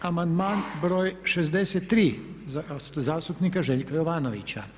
Amandman br. 63. zastupnika Željka Jovanovića.